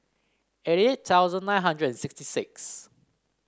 eighty eight thousand nine hundred and sixty six